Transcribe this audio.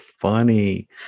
funny